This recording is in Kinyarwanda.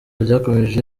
byakomeje